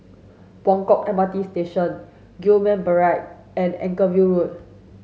Buangkok M R T Station Gillman Barrack and Anchorvale Road